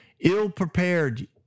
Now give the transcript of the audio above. ill-prepared